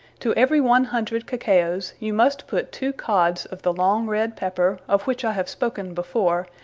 to every one hundred. cacaos, you must put two cods of the long red pepper, of which i have spoken before,